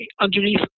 underneath